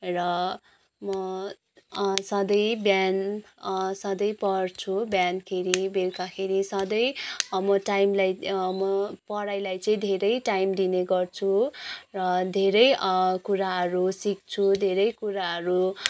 र म सधैँ बिहान सधैँ पढ्छु बिहानखेरि बेलुकाखेरि सधैँ म टाइमलाई म पढाइलाई चाहिँ धेरै टाइम दिने गर्छु र धेरै कुराहरू सिक्छु धेरै कुराहरू